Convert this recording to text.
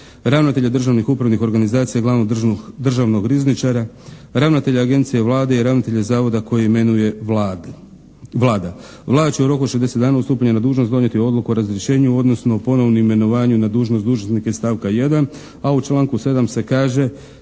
ravnatelja državnih upravnih organizacija, glavnog državnog rizničara, ravnatelja agencije Vlade i ravnatelja zavoda koji imenuje Vlada. Vlada će u roku od 60 dana od stupanja na dužnost donijeti odluku o razrješenju, odnosno ponovnom imenovanju na dužnosnika iz stavka 1. a u članku 7. se kaže